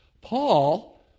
Paul